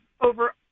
over